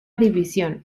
división